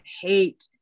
hate